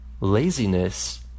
Laziness